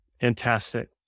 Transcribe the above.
Fantastic